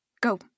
Go